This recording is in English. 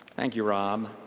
thank you, rob.